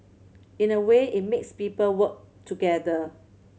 in a way it makes people work together